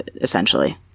essentially